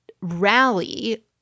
rally